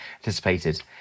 anticipated